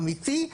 אמיתי.